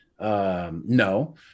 No